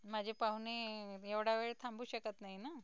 माझे पाहुणे एवढा वेळ थांबू शकत नाही ना